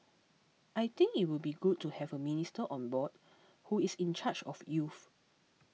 I think it will be good to have a minister on board who is in charge of youth